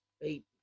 baby